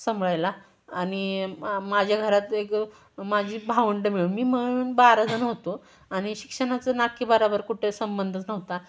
सांभाळायला आणि मा माझ्या घरात एक माझी भावंडं मिळून मी मिळून बाराजणं होतो आणि शिक्षणाचं नाके बरोबर कुठे संबंधच नव्हता